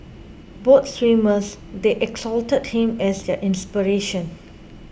both swimmers they exalted him as their inspiration